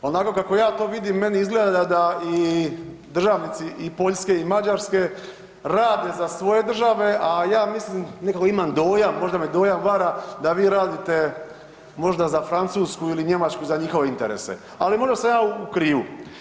Onako kako ja to vidim, meni izgleda da i državnici i Poljske i Mađarske rade za svoje države a ja mislim, nekako imam dojam, možda me dojam vara, da vi radite možda za Francusku ili Njemačku, za njihove interese, ali možda sam ja u krivu.